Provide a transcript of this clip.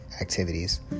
activities